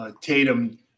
Tatum